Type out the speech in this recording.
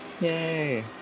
Yay